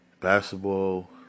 basketball